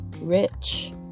rich